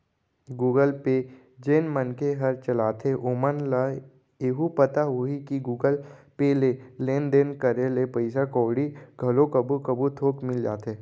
Google पे जेन मनखे हर चलाथे ओमन ल एहू पता होही कि गुगल पे ले लेन देन करे ले पइसा कउड़ी घलो कभू कभू थोक मिल जाथे